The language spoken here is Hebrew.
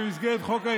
כי